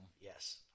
Yes